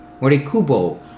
Morikubo